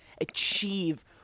achieve